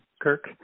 Kirk